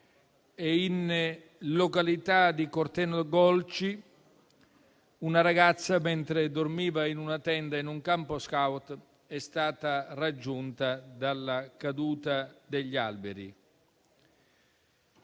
in località di Corteno Golgi una ragazza, mentre dormiva in una tenda in un campo *scout,* è stata raggiunta dalla caduta degli alberi.